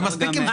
מספיק עם זה.